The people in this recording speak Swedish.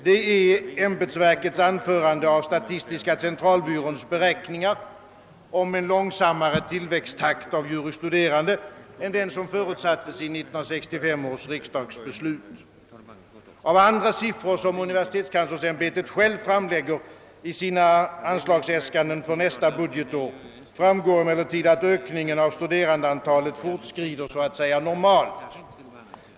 Det är ämbetsverkets anförande av statistiska centralbyråns beräkningar om en långsammare tillväxttakt av juris studerande än den som förutsattes i 1965 års riksdagsbeslut. Av andra siffror, som universitetskanslersämbetet självt framlägger i sina anslagsäskanden för nästa budgetår, framgår emellertid, att ökningen av studerandeantalet fortskrider så att säga normalt.